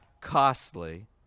costly